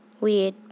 Weird